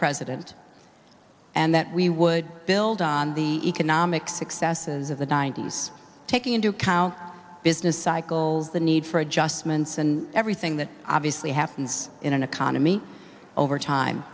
president and that we would build on the economic successes of the ninety's taking into account business cycles the need for adjustments and everything that obviously happens in an economy over time